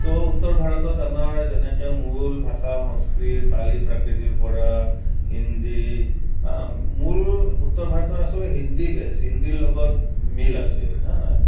তো উত্তৰ ভাৰতত যেনেকৈ আমাৰ মূল ভাষা সংস্কৃত পালি প্ৰাকৃতৰ পৰা হিন্দী মূল উত্তৰ ভাৰতৰ আচলতে হিন্দী বেছ হিন্দীৰ লগত মিল আছে